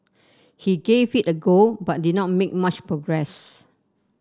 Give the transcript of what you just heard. he gave it a go but did not make much progress